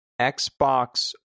Xbox